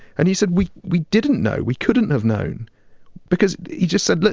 and he said, we we didn't know. we couldn't have known because he just said look.